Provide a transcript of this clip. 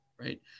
Right